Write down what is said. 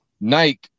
Nike